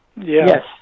Yes